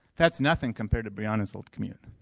that's nothing compared to brianna's old commute.